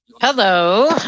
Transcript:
Hello